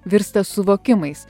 virsta suvokimais